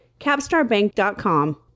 capstarbank.com